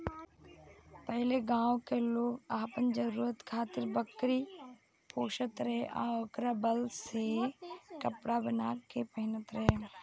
पहिले गांव के लोग आपन जरुरत खातिर बकरी पोसत रहे आ ओकरा बाल से कपड़ा बाना के पहिनत रहे